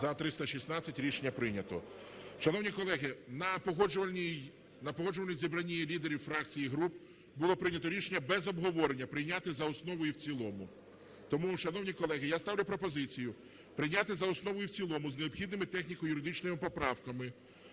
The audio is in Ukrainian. За-316 Рішення прийнято. Шановні колеги, на погоджувальному зібрані лідерів фракцій і груп було прийнято рішення без обговорення прийняти за основу і в цілому. Тому, шановні колеги, я ставлю пропозицію прийняти за основу і в цілому з необхідними техніко-юридичними поправками